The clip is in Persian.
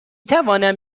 توانم